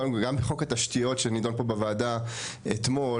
גם בחוק התשתיות שנידון פה בוועדה אתמול